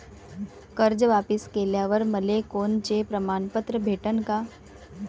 कर्ज वापिस केल्यावर मले कोनचे प्रमाणपत्र भेटन का?